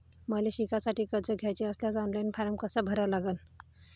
मले शिकासाठी कर्ज घ्याचे असल्यास ऑनलाईन फारम कसा भरा लागन?